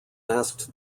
asked